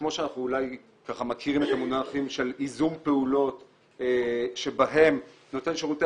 כמו שאנחנו מכירים את המונחים של ייזום פעולות שבהם נותן שירותי